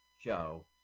show